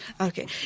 Okay